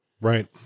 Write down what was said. right